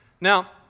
Now